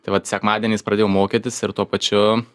tai vat sekmadieniais pradėjau mokytis ir tuo pačiu